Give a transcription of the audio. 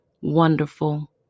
wonderful